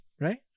right